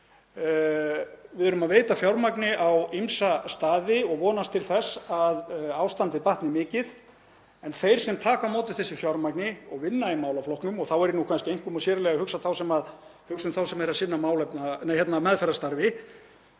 Við veitum fjármagn á ýmsa staði og vonumst til þess að ástandið batni mikið en þeir sem taka á móti þessu fjármagni og vinna í málaflokknum, og þá er ég kannski einkum og sér í lagi að hugsa um þá sem sinna meðferðarstarfi,